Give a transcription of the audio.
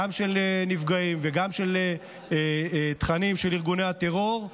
גם תכנים של נפגעים וגם תכנים של ארגוני הטרור,